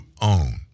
own